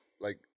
Like-